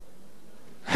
חלק מהמדינות